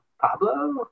pablo